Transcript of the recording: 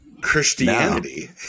Christianity